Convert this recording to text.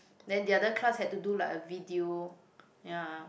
then the other class had to do like a video ya